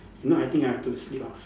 if not I think I have to sleep outside